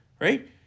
Right